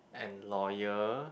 and loyal